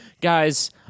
Guys